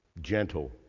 gentle